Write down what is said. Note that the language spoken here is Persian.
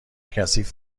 کثیف